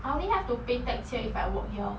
I only have to pay tax here if I work here